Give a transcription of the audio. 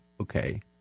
Okay